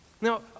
Now